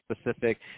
specific